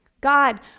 God